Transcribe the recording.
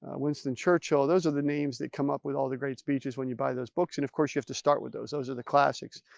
ah winston churchill, those are the names that come up with all the great speeches when you buy those books. and of course, you have to start with, those those are the classics.